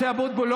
משה אבוטבול,